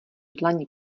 dlani